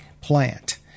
plant